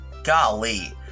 golly